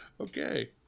Okay